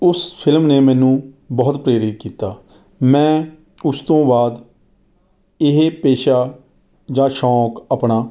ਉਸ ਫਿਲਮ ਨੇ ਮੈਨੂੰ ਬਹੁਤ ਪ੍ਰੇਰਿਤ ਕੀਤਾ ਮੈਂ ਉਸ ਤੋਂ ਬਾਅਦ ਇਹ ਪੇਸ਼ਾ ਜਾਂ ਸ਼ੌਕ ਆਪਣਾ